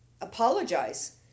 apologize